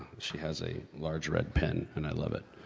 she has a large red pen and i love it!